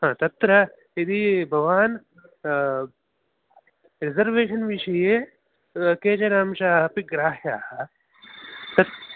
तत्र यदि भवान् रिसर्वेशन् विषये केचन अंशाः अपि ग्राह्याः तत्